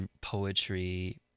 poetry